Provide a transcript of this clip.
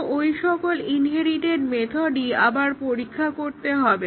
কিন্তু এই সকল ইনহেরিটেড মেথডই আবার পরীক্ষা করতে হবে